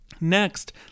Next